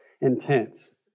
intense